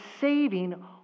saving